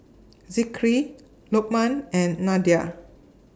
Zikri Lukman and Nadia